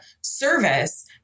service